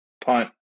punt